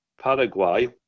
Paraguay